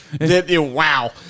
Wow